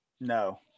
no